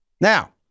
Now